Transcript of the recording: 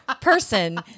person